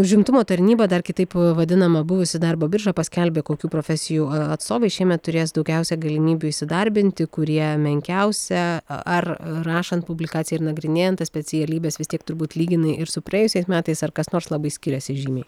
užimtumo tarnyba dar kitaip vadinama buvusi darbo birža paskelbė kokių profesijų atstovai šiemet turės daugiausia galimybių įsidarbinti kurie menkiausią ar rašant publikaciją ir nagrinėjant tas specialybes vis tiek turbūt lyginai ir su praėjusiais metais ar kas nors labai skiriasi žymiai